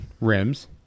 rims